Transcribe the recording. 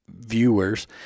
viewers